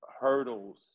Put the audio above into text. hurdles